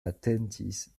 atentis